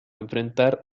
enfrentar